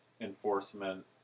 enforcement